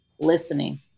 listening